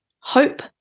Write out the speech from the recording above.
hope